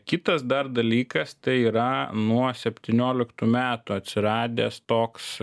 kitas dar dalykas tai yra nuo septynioliktų metų atsiradęs toks